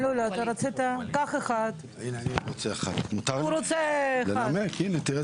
טוב, קודם כל אני רוצה להגיד יישר כח